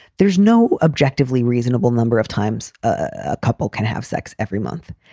there's no objectively reasonable number of times a couple can have sex every month.